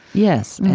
yes.